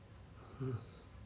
mm